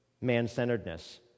man-centeredness